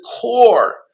core